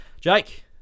Jake